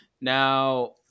Now